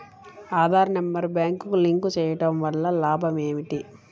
Aadhaar number బ్యాంక్నకు link చేయుటవల్ల లాభం ఏమిటి?